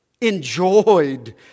enjoyed